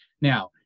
Now